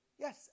Yes